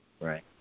right